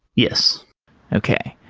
yes okay.